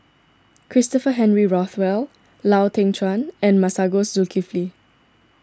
Christopher Henry Rothwell Lau Teng Chuan and Masagos Zulkifli